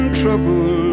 trouble